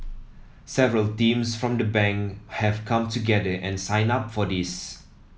several teams from the Bank have come together and signed up for this